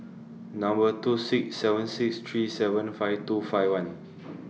Number two six seven six three seven five two five one